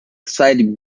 side